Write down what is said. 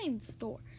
store